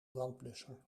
brandblusser